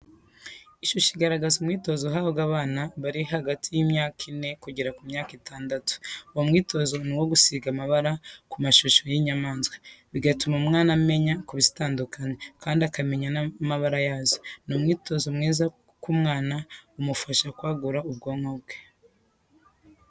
Ishusho igaragaza umwitozo uhabwa abana bari hagati y'imyaka ine kugera ku myaka itandatu, uwo mwitozo ni uwo gusiga amabara ku mashusho y'inyamaswa, bigatuma umwana amenya kuzitandukanya kandi akamenya n'amabara yazo. Ni umwitozo mwiza ku mwana umufasha kwagura ubwonko bwe.